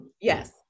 Yes